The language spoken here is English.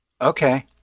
Okay